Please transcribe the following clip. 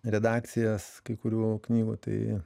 redakcijas kai kurių knygų tai